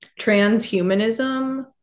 transhumanism